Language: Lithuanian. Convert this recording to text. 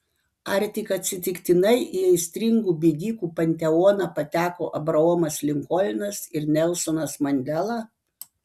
ar tik atsitiktinai į aistringų bėgikų panteoną pateko abraomas linkolnas ir nelsonas mandela